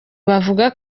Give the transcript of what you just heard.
bavuga